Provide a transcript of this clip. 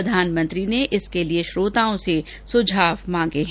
प्रधानमंत्री ने इसके लिए श्रोताओं से सुझाव मांगे हैं